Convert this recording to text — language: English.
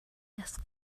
desk